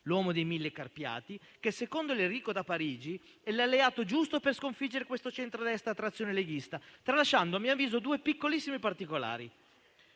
l'uomo dei mille carpiati, che, secondo l'Enrico da Parigi, è l'alleato giusto per sconfiggere questo centrodestra a trazione leghista, tralasciando, a mio avviso, due piccolissimi particolari.